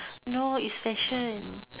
no it's fashion